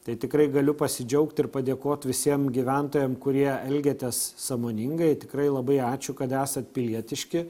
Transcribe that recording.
tai tikrai galiu pasidžiaugt ir padėkot visiem gyventojam kurie elgiatės sąmoningai tikrai labai ačiū kad esat pilietiški